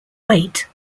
weight